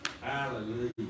Hallelujah